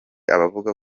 abavuga